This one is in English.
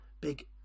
big